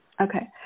Okay